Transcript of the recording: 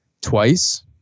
twice